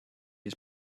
his